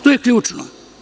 To je ključno.